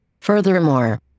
Furthermore